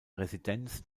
residenz